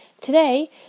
Today